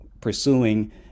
pursuing